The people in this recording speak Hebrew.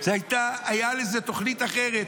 הייתה תוכנית אחרת.